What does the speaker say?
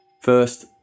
First